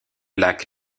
lac